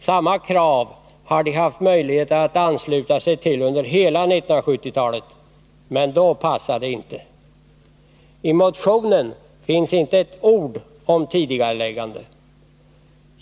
Samma krav har de haft möjlighet att ansluta sig till under hela 1970-talet — men då passade det inte. I motionen finns inte ett ord om tidigareläggande.